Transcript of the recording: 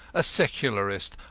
a secularist,